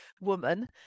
woman